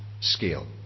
scale